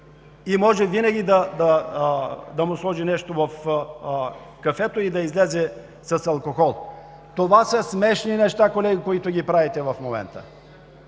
и може винаги да му сложи нещо в кафето, за да излезе с алкохол… Това са смешни неща, колеги, които правите в момента.